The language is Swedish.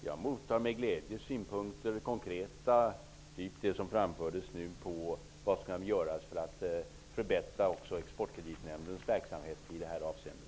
Jag mottar med glädje konkreta synpunkter, t.ex. det som har framförts om vad som kan göras för att förbättra Exportkreditnämndens verksamhet i det avseendet.